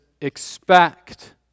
expect